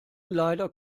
leider